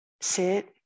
sit